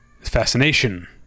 fascination